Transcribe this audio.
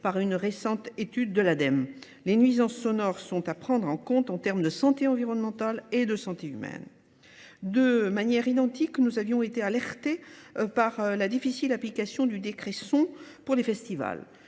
par une récente étude de l'ADEME. Les nuisances sonores sont à prendre en compte en termes de santé environnementale et de santé humaine. De manière identique, nous avions été alertés par la difficile application du décréton pour les festivals.